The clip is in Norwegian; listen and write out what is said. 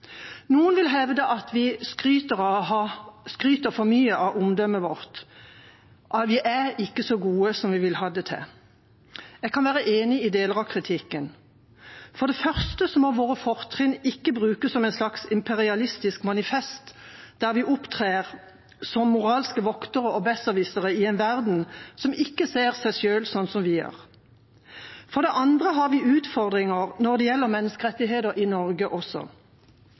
Noen vil hevde at vi skryter for mye av omdømmet vårt, og at vi ikke er så gode som vi vil ha det til. Jeg kan være enig i deler av kritikken. For det første må våre fortrinn ikke brukes som et slags imperialistisk manifest, der vi opptrer som moralske voktere og besserwissere i en verden som ikke ser seg selv slik som vi gjør. For det andre har vi utfordringer når det gjelder menneskerettigheter i Norge også.